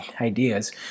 ideas